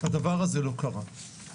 הדבר הזה לא קרה.